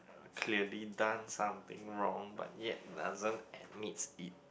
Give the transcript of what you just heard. clearly done something wrong but yet doesn't admits it